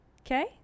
okay